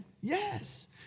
Yes